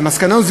למסקנה זו